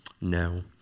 no